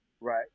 Right